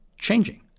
changing